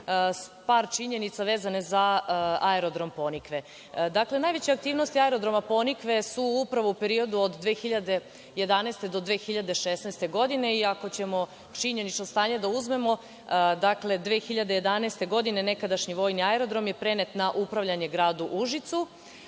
par činjenica, vezane za aerodrom „Ponikve“.Najveće aktivnosti aerodroma „Ponikve“ su upravo u periodu od 2011. do 2016. godine i ako ćemo činjenično stanje da uzmemo, dakle, 2011. godine nekadašnji vojni aerodrom je prenet na upravljanje gradu Užicu,